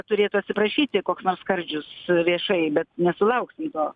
turėtų atsiprašyti koks nors skardžius viešai bet nesulauksim to